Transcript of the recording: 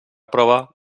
prova